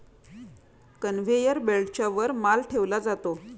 conveyor बेल्टच्या वर माल ठेवला जातो